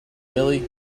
milly